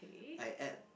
I add